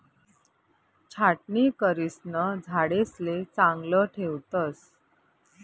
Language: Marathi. छाटणी करिसन झाडेसले चांगलं ठेवतस